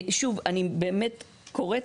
שוב, אני באמת קוראת